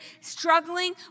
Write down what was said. struggling